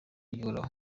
gihoraho